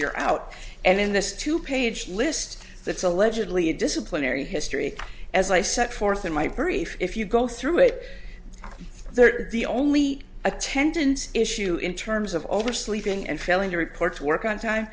you're out and in this two page list that's allegedly a disciplinary history as i set forth in my brief if you go through it they're the only attendance issue in terms of oversleeping and failing to report work on time